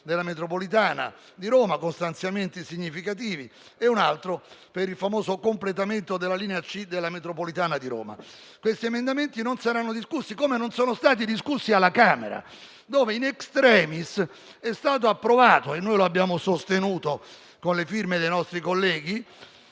della metropolitana di Roma, che prevedeva stanziamenti significativi; un altro per il famoso completamento della linea C della metropolitana di Roma. Questi emendamenti non saranno discussi, come non sono stati discussi alla Camera, dove *in extremis* è stato approvato un ordine del giorno che noi abbiamo sostenuto con le firme dei nostri colleghi